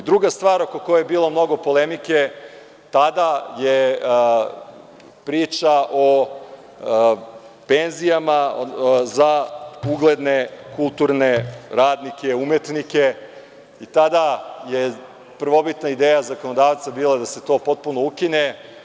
Druga stvar, oko koje je bilo mnogo polemike tada, je priča o penzijama za ugledne kulturne radnike, umetnike i tada je prvobitna ideja zakonodavca bila da se to potpuno ukine.